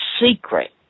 secret